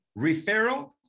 referral